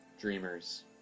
dreamers